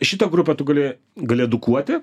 šitą grupę tu gali gali edukuoti